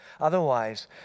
Otherwise